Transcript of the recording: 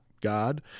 God